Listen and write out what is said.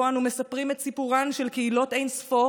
שבו אנו מספרים את סיפורן של קהילות אין-ספור